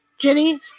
Jenny